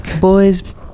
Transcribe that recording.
boys